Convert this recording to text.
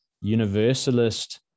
universalist